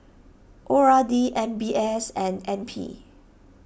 O R D M B S and N P